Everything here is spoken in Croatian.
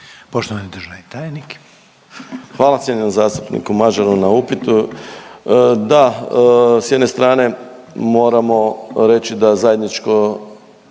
Poštovani državni tajnik. **Majdak, Tugomir** Hvala cijenjenom zastupniku Mažaru na upitu. Da, s jedne strane moramo reći da je zajedničko